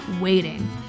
Waiting